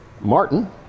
martin